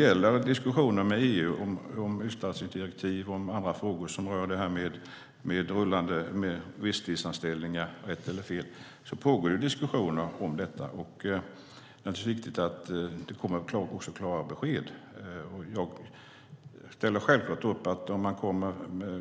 Gällande EU, utstationeringsdirektiv och andra frågor som rör rullande visstidsanställningar, rätt eller fel, så pågår diskussioner om detta. Det är naturligtvis viktigt att det kommer klara besked. Jag ställer självklart upp på att om man kommer